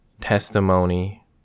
testimony